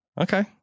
Okay